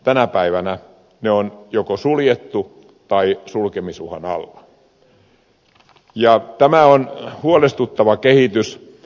tänä päivänä ne on joko suljettu tai ne ovat sulkemisuhan alla ja tämä on huolestuttava kehitys